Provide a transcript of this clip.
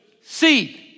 seed